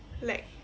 lag